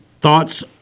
thoughts